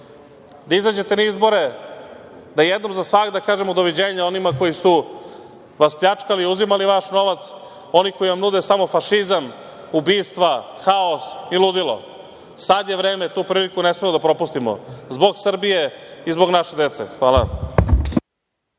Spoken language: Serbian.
da izađete na izbore, da jednom za svagda kažemo - doviđenja onima koji su vas pljačkali, uzimali vaš novac, oni koji vam nude samo fašizam, ubistva, haos i ludilo. Sada je vreme, tu priliku ne smemo da propustimo, zbog Srbije i zbog naše dece. Hvala.